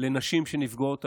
לנשים נפגעות אלימות,